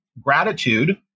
gratitude